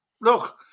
Look